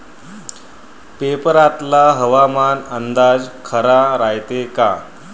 पेपरातला हवामान अंदाज खरा रायते का?